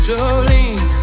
Jolene